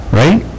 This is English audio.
right